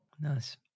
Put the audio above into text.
Nice